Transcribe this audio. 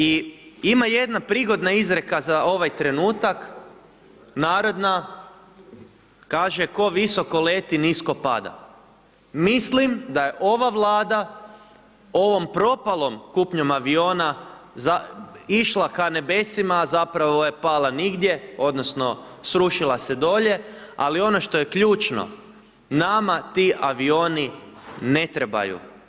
I ima jedna prigodna izreka za ovaj trenutak, narodna, kaže „Ko visoko leti, nisko pada“, mislim da je ova Vlada ovom propalom kupnjom aviona išla ka nebesima, a zapravo je pala nigdje odnosno srušila se dolje, ali ono što je ključno nama ti avioni ne trebaju.